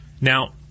Now